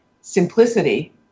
simplicity